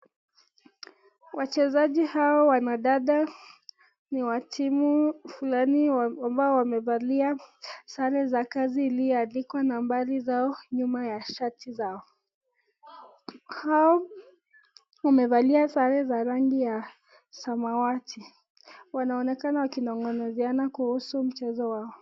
Wachezaji hawa wa madada, ni wa timu fulani ambao wamevalia sare za kazi iliyoandikwa nambari zao nyuma ya shati zao, hao wamevalia sare za rangi ya samawati wanaonekana wakinong'onozeaana kuhusu mchezo wao.